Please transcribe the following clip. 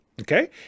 Okay